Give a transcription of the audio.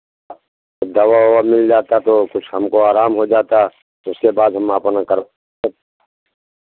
दवा उवा मिल जाता तो कुछ हमको आराम हो जाता उसके बाद हम अपना करते